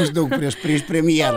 maždaug prieš prieš premjerą